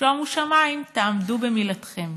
שומו שמיים, תעמדו במילתכם.